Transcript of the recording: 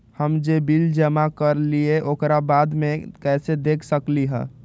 हम जे बिल जमा करईले ओकरा बाद में कैसे देख सकलि ह?